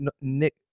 Nick